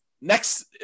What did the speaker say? next